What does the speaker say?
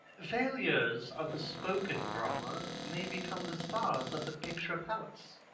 failures of the spoken drama may become the stars of the picture palace.